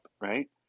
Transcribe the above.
right